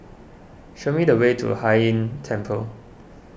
show me the way to Hai Inn Temple